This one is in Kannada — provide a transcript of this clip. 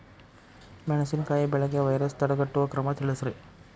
ಮೆಣಸಿನಕಾಯಿ ಬೆಳೆಗೆ ವೈರಸ್ ತಡೆಗಟ್ಟುವ ಕ್ರಮ ತಿಳಸ್ರಿ